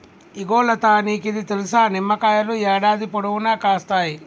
ఇగో లతా నీకిది తెలుసా, నిమ్మకాయలు యాడాది పొడుగునా కాస్తాయి